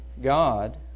God